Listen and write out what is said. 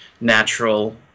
natural